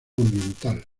ambiental